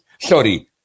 sorry